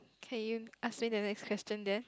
can you ask me the next question then